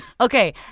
okay